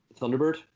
Thunderbird